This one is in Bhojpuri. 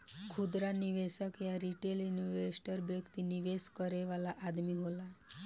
खुदरा निवेशक या रिटेल इन्वेस्टर व्यक्तिगत निवेश करे वाला आदमी होला